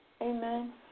Amen